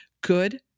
Good